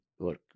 work